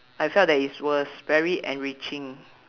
I felt that it is was very enriching